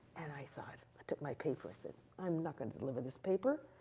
and i thought, i took my paper, said, i'm not going to deliver this paper.